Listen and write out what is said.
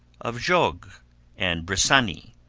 of jogues and bressani,